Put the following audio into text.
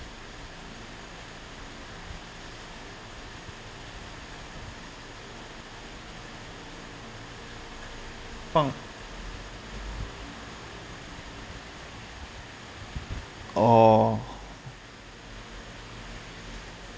放 oh